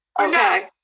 Okay